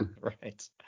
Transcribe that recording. Right